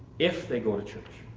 if they go to church,